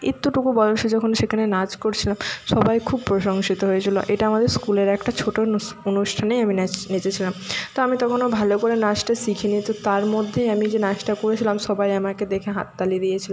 এত টুকু বয়সে যখন সেখানে নাচ করছিলাম সবাই খুব প্রশংসিত হয়েছিলো এটা আমাদের স্কুলের একটা ছোটো অনুষ্ঠানেই আমি নাচ নেচেছিলাম তো আমি তখনও ভালো করে নাচটা শিখিনি তো তার মধ্যেই আমি যে নাচটা করেছিলাম সবাই আমাকে দেখে হাততালি দিয়েছিলো